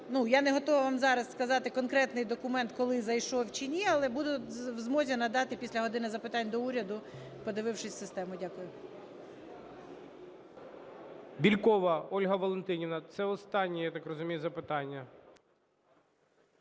я не готова вам зараз сказати конкретний документ, коли зайшов чи ні, але буду в змозі надати після "години запитань до Уряду", подивившись в систему. Дякую.